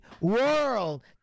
World